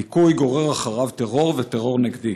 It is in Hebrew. דיכוי גורר אחריו טרור וטרור נגדי.